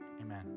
Amen